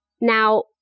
Now